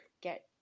Get